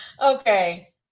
Okay